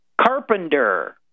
carpenter